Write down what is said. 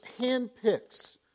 handpicks